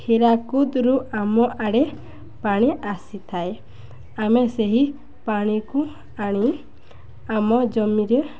ହୀରାକୁଦରୁ ଆମ ଆଡ଼େ ପାଣି ଆସିଥାଏ ଆମେ ସେହି ପାଣିକୁ ଆଣି ଆମ ଜମିରେ